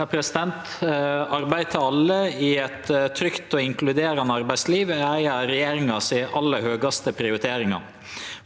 Arbeid til alle i eit trygt og inkluderande arbeidsliv er ei av regjeringa sine aller høgaste prioriteringar.